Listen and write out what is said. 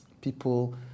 People